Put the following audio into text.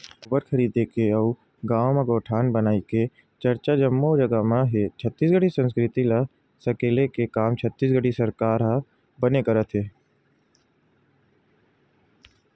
गोबर खरीदे के अउ गाँव म गौठान बनई के चरचा जम्मो जगा म हे छत्तीसगढ़ी संस्कृति ल सकेले के काम छत्तीसगढ़ सरकार ह बने करत हे